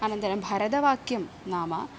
अनन्तरं भरतवाक्यं नाम